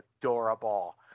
adorable